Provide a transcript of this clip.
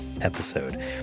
episode